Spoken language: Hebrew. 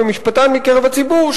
ומשפטן מקרב הציבור,